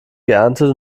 geerntet